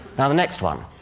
now, the next one.